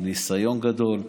עם ניסיון גדול,